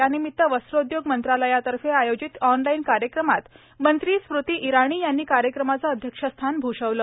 यानिमित्त वस्त्रोद्योग मंत्रालयातर्फे आयोजित ऑनलाइन कार्यक्रमात या खात्याच्या मंत्री स्मृति इराणी यांनी कार्यक्रमाचे अध्यक्षस्थान भूषविले